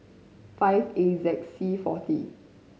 five A Z C forty